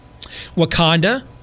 Wakanda